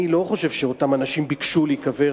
אני לא חושב שאותם אנשים ביקשו להיקבר